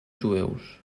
jueus